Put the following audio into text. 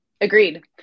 Agreed